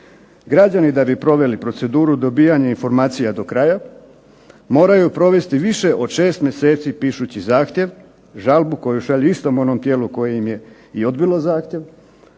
Građani da bi proveli proceduru dobivanja informacija do kraja moraju provesti više od 6 mjeseci pišući zahtjev, žalbu koji šalju istom onom tijelu koje im je i odbilo zahtjev,